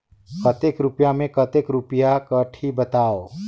कतेक रुपिया मे कतेक रुपिया कटही बताव?